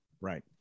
Right